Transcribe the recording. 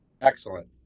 Excellent